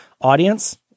audience